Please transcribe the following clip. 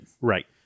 Right